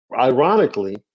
ironically